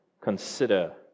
consider